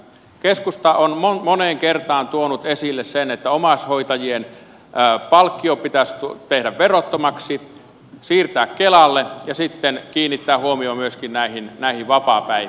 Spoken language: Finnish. keskusta on moneen kertaan tuonut esille sen että omaishoitajien palkkio pitäisi tehdä verottomaksi siirtää kelalle ja sitten kiinnittää huomio myöskin vapaapäiviin